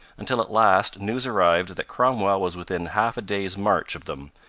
until at last news arrived that cromwell was within half a day's march of them,